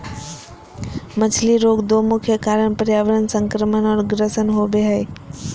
मछली रोग दो मुख्य कारण पर्यावरण संक्रमण और ग्रसन होबे हइ